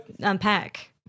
unpack